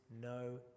no